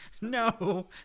No